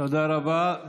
תודה רבה.